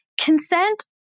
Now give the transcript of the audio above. Consent